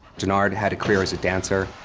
denard had a career as a dancer,